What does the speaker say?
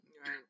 Right